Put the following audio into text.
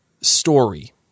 story